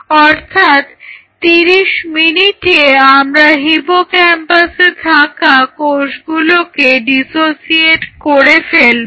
অর্থাৎ 30 মিনিটে আমরা হিপোক্যাম্পাসে থাকা কোষগুলোকে ডিসোসিয়েট করে ফেলবো